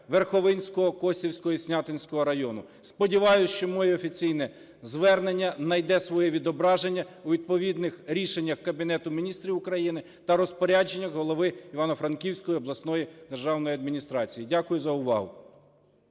Верховинського, Косівського і Снятинського районів. Сподіваюсь, що моє офіційне звернення найде своє відображення у відповідних рішеннях Кабінету Міністрів України та розпорядженнях голови Івано-Франківської обласної державної адміністрації. Дякую за увагу.